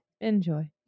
Enjoy